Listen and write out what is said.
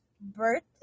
birthday